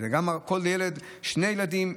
ואחרי זה שני ילדים,